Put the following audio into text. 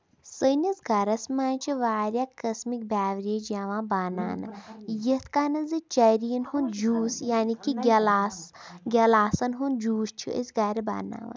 سٲنِس گرس منٛز چھِ واریاہ قسمٕکۍ بیوریج یِوان بَناونہٕ یِتھ کَنیتھ زِ چیرین ہُند جوٗس یعنی کہِ گِلاس گِلاسن ہُند جوٗس چھِ أسۍ گرِ بَناون